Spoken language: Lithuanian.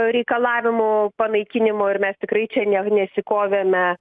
reikalavimų panaikinimo ir mes tikrai čia ne ne nesikovėme